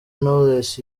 knowless